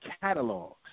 catalogs